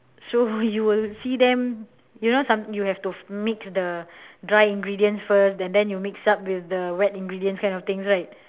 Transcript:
so you'll see them you know some you have to mix the dry ingredients first and then you mix up with the wet ingredients kind of things right